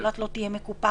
אילת לא תהיה מקופחת,